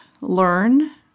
learn